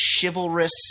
chivalrous